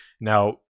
Now